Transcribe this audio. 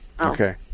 Okay